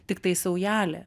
tiktai saujelė